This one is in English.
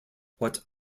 what